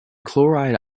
chloride